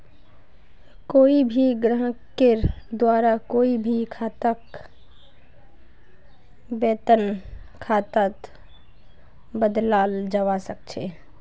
कोई भी ग्राहकेर द्वारा कोई भी खाताक वेतन खातात बदलाल जवा सक छे